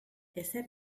ezer